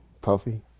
Puffy